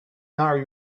naar